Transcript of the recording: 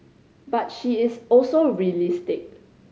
but she is also realistic